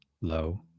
low